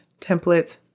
templates